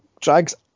drags